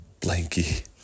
blankie